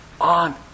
on